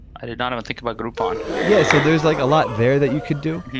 i did not even think about groupon yeah. so there's like a lot there that you could do.